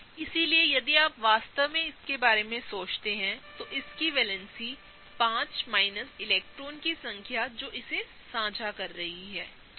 इसलिए यदि आप वास्तव में इसके बारे में सोचते हैं तो इसकी वैलेंसी 5 माइनस इलेक्ट्रॉनों की संख्या जो इसे साझा कर रहे हैं ठीक है